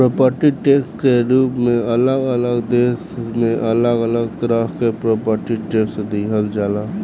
property tax के रूप में अलग अलग देश में अलग अलग तरह से प्रॉपर्टी टैक्स लिहल जाला